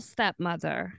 Stepmother